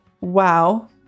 WoW